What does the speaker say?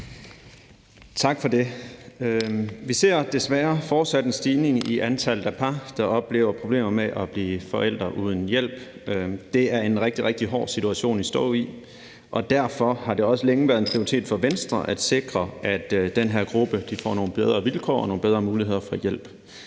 Tak for det. Vi ser desværre fortsat en stigning i antallet af par, der oplever problemer med at blive forældre uden hjælp. Det er en rigtig, rigtig hård situation at stå i, og derfor har det også længe været en prioritet for Venstre at sikre, at den her gruppe får nogle bedre vilkår og nogle bedre muligheder for hjælp.